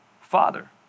father